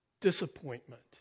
disappointment